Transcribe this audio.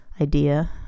idea